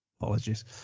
Apologies